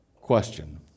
Question